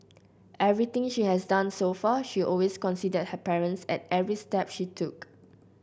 everything she has done so far she always considered her parents at every step she took